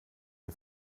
den